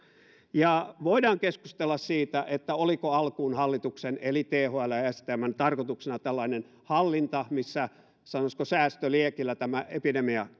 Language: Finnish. ja voidaan keskustella siitä oliko alkuun hallituksen eli thln ja stmn tarkoituksena tällainen hallinta missä sanoisiko säästöliekillä tämä epidemia